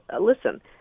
listen